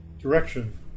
direction